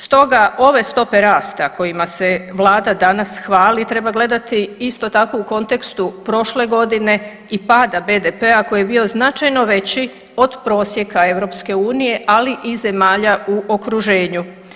Stoga ove stope rasta kojima se Vlada danas hvali treba gledati isto tako u kontekstu prošle godine i pada BDP-a koji je bio značajno veći od prosjeka EU, ali i zemalja u okruženju.